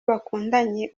bakundanye